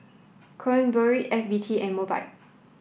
Kronenbourg F B T and Mobike